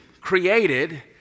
created